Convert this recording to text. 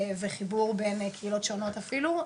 וחיבור בין קהילות שונות אפילו,